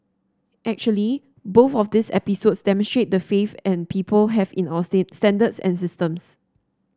actually both of these episodes demonstrate the faith and people have in our stay standards and systems